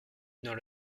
dans